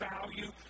value